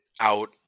out